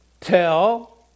tell